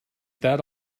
that